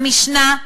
המשנה,